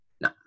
No